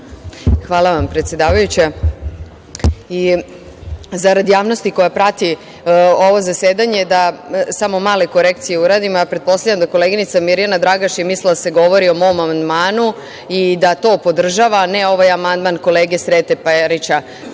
Hvala vam predsedavajuća. Zarad javnosti koja prati ovo zasedanje da samo male korekcije uradim. Pretpostavljam da koleginica Mirjana Dragaš je mislila da se govori o mom amandmanu i da to podržava, a ne ovaj amandman kolege Srete Perića,